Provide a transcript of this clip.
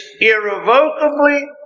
irrevocably